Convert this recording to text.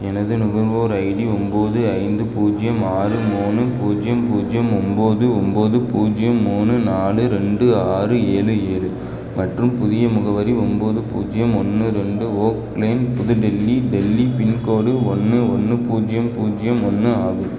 எனது நுகர்வோர் ஐடி ஒம்பது ஐந்து பூஜ்ஜியம் ஆறு மூணு பூஜ்ஜியம் பூஜ்ஜியம் ஒம்பது ஒம்பது பூஜ்ஜியம் மூணு நாலு ரெண்டு ஆறு ஏழு ஏழு மற்றும் புதிய முகவரி ஒம்பது பூஜ்ஜியம் ஒன்று ரெண்டு ஓக் லேன் புது டெல்லி டெல்லி பின்கோடு ஒன்று ஒன்று பூஜ்ஜியம் பூஜ்ஜியம் ஒன்று ஆகும்